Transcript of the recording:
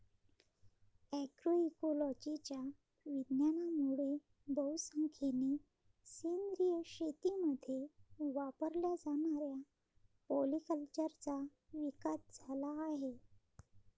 अग्रोइकोलॉजीच्या विज्ञानामुळे बहुसंख्येने सेंद्रिय शेतीमध्ये वापरल्या जाणाऱ्या पॉलीकल्चरचा विकास झाला आहे